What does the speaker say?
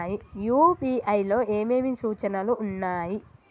UPI లో ఏమేమి సూచనలు ఉన్నాయి?